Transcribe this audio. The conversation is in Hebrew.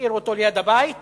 השאיר אותו ליד הבית